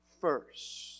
first